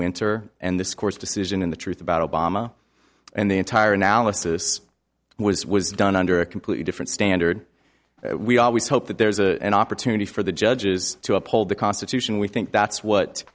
winter and this course decision in the truth about obama and the entire analysis was was done under a completely different standard we always hope that there's an opportunity for the judges to uphold the constitution we think that's what